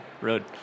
road